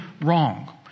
wrong